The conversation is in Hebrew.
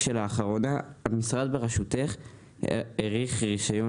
כשלאחרונה המשרד בראשותך האריך רישיון